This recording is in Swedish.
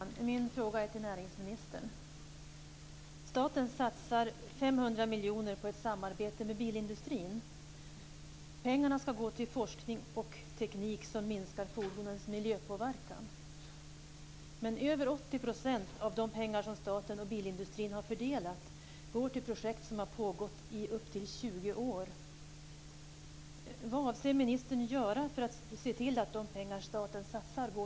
Fru talman! Min fråga är till näringsministern. Staten satsar 500 miljoner på ett samarbete med bilindustrin. Pengarna ska gå till forskning och teknik som minskar fordonens miljöpåverkan. Men över 80 % av de pengar som staten och bilindustrin har fördelat går till projekt som har pågått i upp till 20 år.